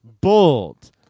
bold